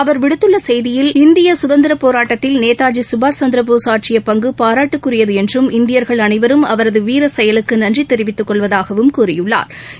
அவர் விடுத்துள்ள செய்தியில் இந்திய சுதந்திரப் போராட்டத்தில் நேதாஜி சுபாஷ் சந்திரபோஸ் ஆற்றிய பங்கு பாராட்டுக்குரியது என்றும் இந்தியர்கள் அனைவரும் அவரது வீர செயலுக்கு நன்றி தெரிவித்துக் கொள்வதாகவும் கூறியுள்ளா்